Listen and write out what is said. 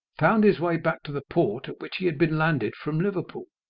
found his way back to the port at which he had been landed from liverpool.